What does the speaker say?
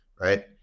right